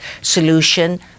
solution